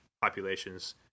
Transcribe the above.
populations